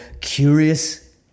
curious